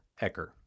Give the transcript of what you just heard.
Ecker